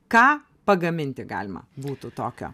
ką pagaminti galima būtų tokio